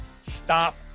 stop